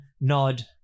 nod